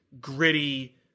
gritty